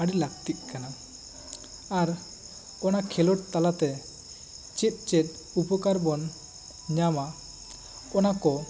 ᱟᱹᱰᱤ ᱞᱟᱹᱠᱛᱤᱜ ᱠᱟᱱᱟ ᱟᱨ ᱚᱱᱟ ᱠᱷᱮᱞᱚᱰ ᱛᱟᱞᱟ ᱛᱮ ᱪᱮᱫ ᱪᱮᱫ ᱩᱯᱚᱠᱟᱨ ᱵᱚᱱ ᱧᱟᱢᱟ ᱚᱱᱟ ᱠᱚ